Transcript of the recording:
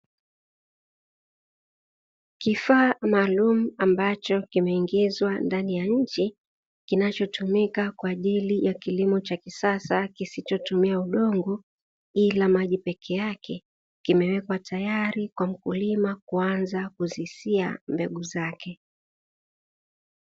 Kifaa maalum ambacho kimeingizwa ndani ya nchi, kinachotumika kwaajili kilimo cha kisasa kisichotumia udongo ila maji peke yake kikiwa kimewekwa tayari kwa mkulima kuanza kusisia mbegu zake.